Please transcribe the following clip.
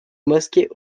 mosquée